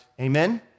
Amen